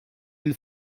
lil